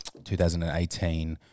2018